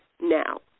now